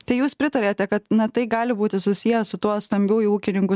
tai jūs pritariate kad na tai gali būti susiję su tuo stambiųjų ūkininkų